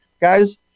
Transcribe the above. guys